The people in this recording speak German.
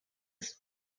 ist